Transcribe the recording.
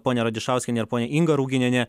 ponia radišauskiene ir ponia inga ruginiene